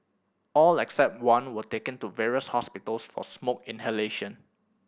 all except one were taken to various hospitals for smoke inhalation